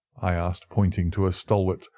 i asked, pointing to a stalwart,